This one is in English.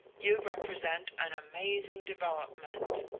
you represent an amazing development.